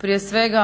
Prije svega